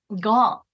God